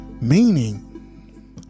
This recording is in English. Meaning